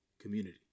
community